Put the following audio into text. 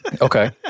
Okay